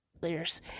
players